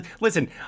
listen